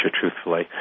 truthfully